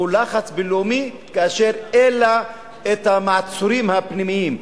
היא לחץ בין-לאומי כאשר אין לה מעצורים פנימיים.